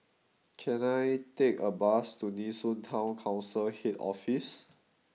can I take a bus to Nee Soon Town Council Head Office